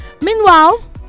Meanwhile